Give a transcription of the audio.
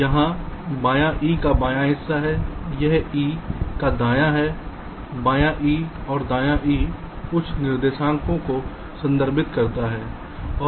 यह बायाँ e का बायाँ हिस्सा है यह e का दायाँ है बायाँ e और दाएँ e कुछ x निर्देशांक को संदर्भित करता है